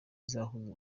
izahuza